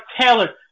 Taylor